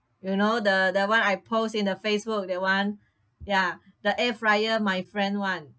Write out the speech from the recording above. you know the the one I post in the Facebook that one ya the air-fryer my friend [one]